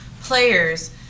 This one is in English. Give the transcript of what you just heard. players